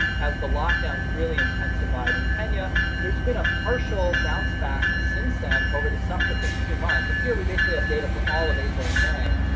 as the lock downs really intensified in kenya, there's been a partial bounce back since then over the subsequent two months. and here we basically have data for all of april and may,